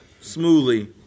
smoothly